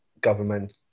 government